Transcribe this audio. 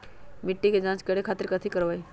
मिट्टी के जाँच करे खातिर कैथी करवाई?